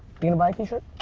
gonna buy a t-shirt.